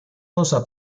cosa